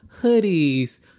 hoodies